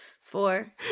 Four